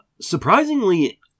Surprisingly